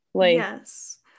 Yes